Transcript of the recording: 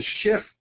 shift